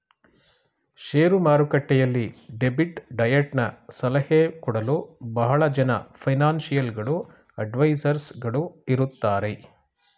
share ಮಾರುಕಟ್ಟೆಯಲ್ಲಿ debit ಡಯಟನ ಸಲಹೆ ಕೊಡಲು ಬಹಳ ಜನ ಫೈನಾನ್ಸಿಯಲ್ ಗಳು ಅಡ್ವೈಸರ್ಸ್ ಗಳು ಇರುತ್ತಾರೆ